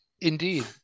Indeed